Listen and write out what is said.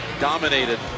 dominated